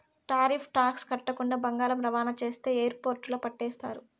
tariff tax కట్టకుండా బంగారం రవాణా చేస్తే ఎయిర్పోర్టుల్ల పట్టేస్తారు